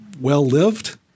well-lived